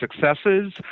successes